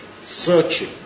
searching